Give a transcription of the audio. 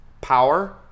power